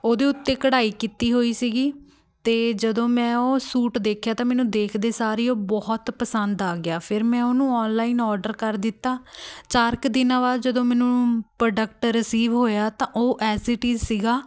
ਉਹਦੇ ਉੱਤੇ ਕਢਾਈ ਕੀਤੀ ਹੋਈ ਸੀਗੀ ਅਤੇ ਜਦੋਂ ਮੈਂ ਉਹ ਸੂਟ ਦੇਖਿਆ ਤਾਂ ਮੈਨੂੰ ਦੇਖਦੇ ਸਾਰ ਹੀ ਉਹ ਬਹੁਤ ਪਸੰਦ ਆ ਗਿਆ ਫਿਰ ਮੈਂ ਉਹਨੂੰ ਔਨਲਾਈਨ ਔਡਰ ਕਰ ਦਿੱਤਾ ਚਾਰ ਕੁ ਦਿਨਾਂ ਬਾਅਦ ਜਦੋਂ ਮੈਨੂੰ ਪ੍ਰੋਡਕਟ ਰਸੀਵ ਹੋਇਆ ਤਾਂ ਉਹ ਐਜ਼ ਇਟ ਇਜ਼ ਸੀਗਾ